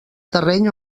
terreny